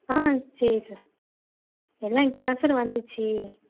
ஆ சரி சார் எல்லாம் இப்போ தான் சார் வந்துச்சு